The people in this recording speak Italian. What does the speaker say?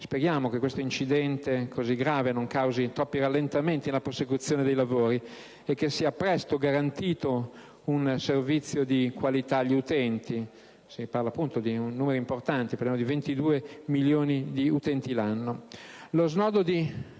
Speriamo che questo grave incidente non causi troppi rallentamenti nella prosecuzione dei lavori e che sia presto garantito un servizio di qualità agli utenti. Si parla di un numero importante di circa 22 milioni di utenti all'anno.